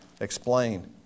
Explain